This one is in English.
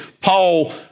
Paul